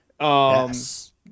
Yes